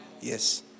Yes